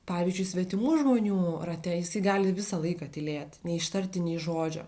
pavyzdžiui svetimų žmonių rate jisai gali visą laiką tylėti neištarti nė žodžio